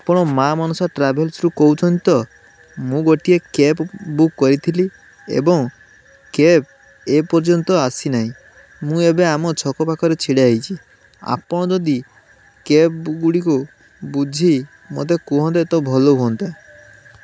ଆପଣ ମାଆ ମନସା ଟ୍ରାଭେଲ୍ସ୍ରୁ କହୁଛନ୍ତି ତ ମୁଁ ଗୋଟିଏ କ୍ୟାବ୍ ବୁକ୍ କରିଥିଲି ଏବଂ କ୍ୟାବ୍ ଏପର୍ଯନ୍ତ ଆସିନାହିଁ ମୁଁ ଏବେ ଆମ ଛକ ପାଖରେ ଛିଡ଼ା ହେଇଛି ଆପଣ ଯଦି କ୍ୟାବ୍ ଗୁଡ଼ିକୁ ବୁଝି ମୋତେ କୁହନ୍ତେ ତ ଭଲ ହୁଅନ୍ତା